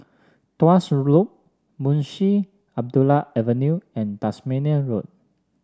Tuas Loop Munshi Abdullah Avenue and Tasmania Road